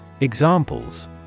Examples